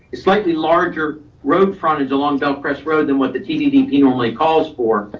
slightly larger road frontage along bellcrest road than what the tddp normally calls for.